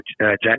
Jack